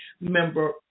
member